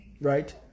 Right